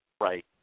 Right